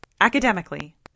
academically